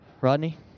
Rodney